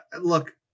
look